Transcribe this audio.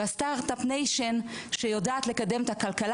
וה-Startup nation שיודעת לקדם את הכלכלה